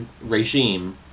regime